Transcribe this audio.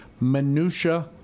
Minutia